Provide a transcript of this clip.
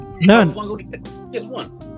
None